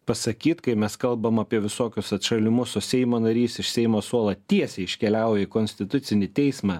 pasakyt kai mes kalbam apie visokius atšalimus su seimo narys iš seimo suolą tiesiai iškeliauja į konstitucinį teismą